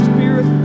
Spirit